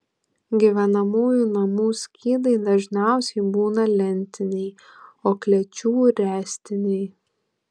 gyvenamųjų namų skydai dažniausiai būna lentiniai o klėčių ręstiniai